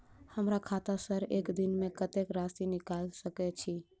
हमरा खाता सऽ एक दिन मे कतेक राशि निकाइल सकै छी